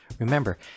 Remember